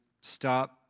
stop